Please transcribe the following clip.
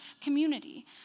community